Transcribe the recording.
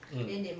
mm